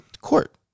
court